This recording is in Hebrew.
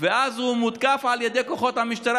ואז הוא מותקף על ידי כוחות המשטרה,